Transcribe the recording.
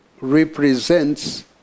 represents